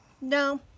No